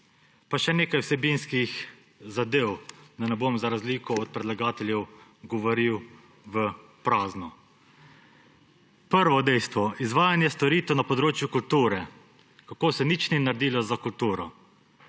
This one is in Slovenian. Pa še nekaj vsebinskih zadev, da ne bom, za razliko od predlagateljev, govoril v prazno. Prvo dejstvo. Izvajanje storitev na področju kulture, kako se nič ni naredilo za kulturo.